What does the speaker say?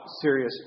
serious